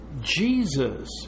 Jesus